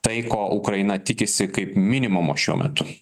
tai ko ukraina tikisi kaip minimumo šiuo metu